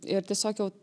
ir tiesiog jau